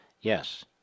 Yes